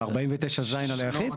על 49(ז), על היחיד?